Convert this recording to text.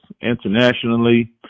internationally